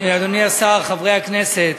אדוני השר, חברי הכנסת,